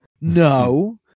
No